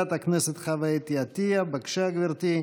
חברת הכנסת חוה אתי עטייה, בבקשה, גברתי,